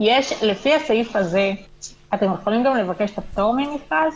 לפי הסעיף הזה אתם יכולים גם לבקש פטור ממכרז?